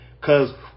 cause